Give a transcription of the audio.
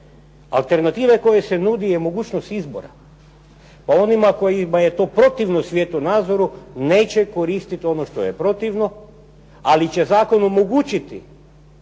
Alternative koje se nude je mogućnost izbora. Pa onima kojima je to protivno svjetonazoru neće koristiti ono što je protivno, ali će zakon omogućiti